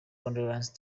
condolences